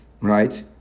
right